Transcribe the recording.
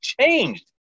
changed